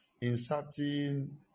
inserting